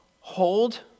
Hold